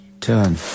turn